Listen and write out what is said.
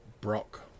Brock